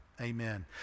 amen